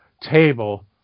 table